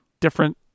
different